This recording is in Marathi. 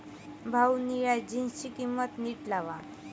भाऊ, निळ्या जीन्सची किंमत नीट लावा